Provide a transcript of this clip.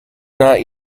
not